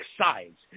sides